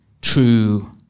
true